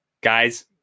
Guys